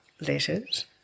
letters